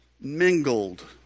mingled